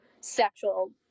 sexual